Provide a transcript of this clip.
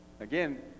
Again